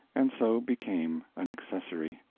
and so became an accessory.